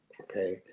Okay